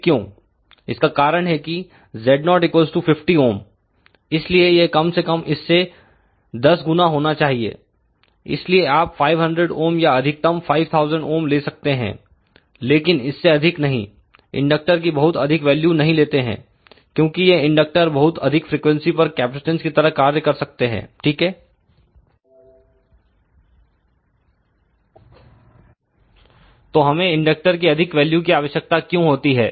इसका कारण है कि Z0 50 ओम इसलिए यह कम से कम इससे 10 गुना होना चाहिए इसलिए आप 500 ओम और अधिकतम 5000 ओम ले सकते हैं लेकिन इससे अधिक नहीं इंडक्टर की बहुत अधिक वैल्यू नहीं लेते हैं क्योंकि ये इंडक्टर बहुत अधिक फ्रीक्वेंसी पर कैपेसिटेंस की तरह कार्य कर सकते हैं ठीक है तो हमें इंडक्टर की अधिक वैल्यू की आवश्यकता क्यों होती है